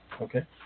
Okay